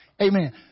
Amen